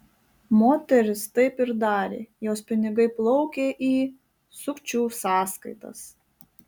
moteris taip ir darė jos pinigai plaukė į sukčių sąskaitas